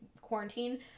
quarantine